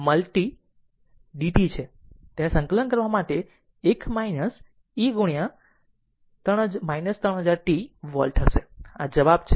તેને સંકલન કરવા માટે 1 e 3000 t volt વોલ્ટ હશે આ જવાબ છે